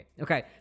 okay